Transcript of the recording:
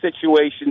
situations